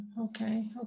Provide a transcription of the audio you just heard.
okay